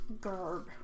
Garb